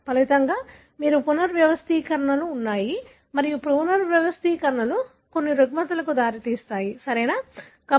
ఫలితంగా మీకు పునర్వ్యవస్థీకరణలు ఉన్నాయి మరియు పునర్వ్యవస్థీకరణలు కొన్ని రుగ్మతలకు దారితీస్తాయి సరియైనదా